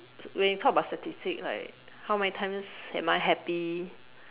when you talk about statistics right how many times am I happy